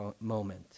moment